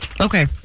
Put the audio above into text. Okay